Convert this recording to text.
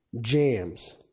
jams